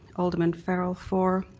alderman farrell for,